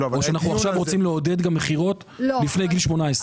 או שאנחנו עכשיו רוצים לעודד גם מכירות לפני גיל 18?